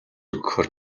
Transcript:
өгөхөөр